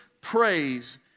Praise